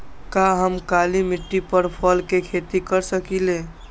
का हम काली मिट्टी पर फल के खेती कर सकिले?